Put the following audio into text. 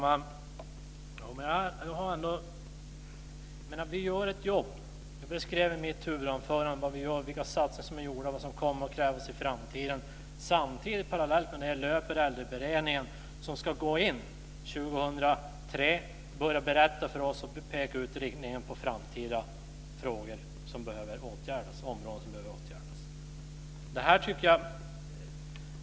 Herr talman! Vi gör ett jobb. Jag beskrev i mitt huvudanförande vad vi gör, vilka satsningar som är gjorda och vad som kommer att krävas i framtiden. Parallellt med det löper Äldreberedningen som ska gå in 2003 och som ska börja peka ut riktningen för oss när det gäller framtida områden som behöver åtgärdas.